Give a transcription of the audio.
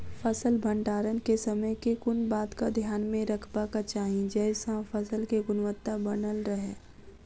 फसल भण्डारण केँ समय केँ कुन बात कऽ ध्यान मे रखबाक चाहि जयसँ फसल केँ गुणवता बनल रहै?